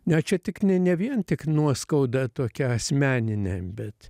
ne čia tik ne ne vien tik nuoskauda tokia asmeninė bet